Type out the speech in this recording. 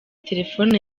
telefone